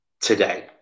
today